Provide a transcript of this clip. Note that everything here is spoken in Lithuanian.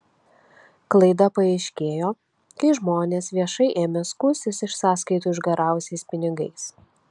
klaida paaiškėjo kai žmonės viešai ėmė skųstis iš sąskaitų išgaravusiais pinigais